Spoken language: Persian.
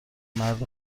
مرد